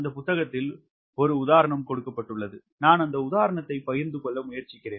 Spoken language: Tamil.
அந்த புத்தகத்தில் ஒரு உதாரணம் கொடுக்கப்பட்டுள்ளது நான் அந்த உதாரணத்தை பகிர்ந்து கொள்ள முயற்சிக்கிறேன்